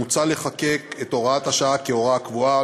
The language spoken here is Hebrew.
מוצע לחוקק את הוראת השעה כהוראה קבועה.